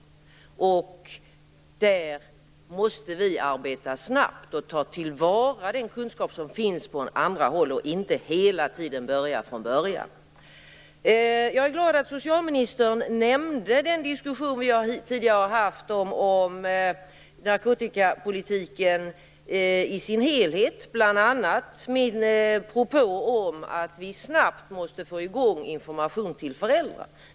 Vi måste arbeta snabbt och ta till vara den kunskap som finns på andra håll och inte hela tiden börja från början. Jag är glad att socialministern nämnde den diskussion vi tidigare har haft om narkotikapolitiken i sin helhet. Det gäller bl.a. min propå om att vi snabbt måste få fram information till föräldrarna.